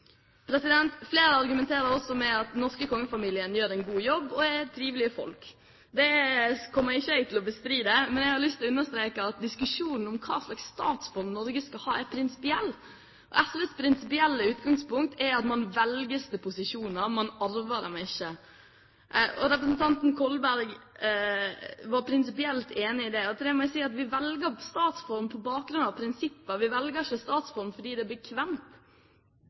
president skulle velges av folket. Flere argumenterer med at den norske kongefamilien gjør en god jobb og er trivelige folk. Det kommer ikke jeg til å bestride, men jeg har lyst til å understreke at diskusjonen om hva slags statsform Norge skal ha, er prinsipiell. SVs prinsipielle utgangspunkt er at man velges til posisjoner, man arver dem ikke. Representanten Kolberg var prinsipielt enig i det. Til det må jeg si at vi velger statsform på bakgrunn av prinsipper. Vi velger ikke statsform fordi det er bekvemt.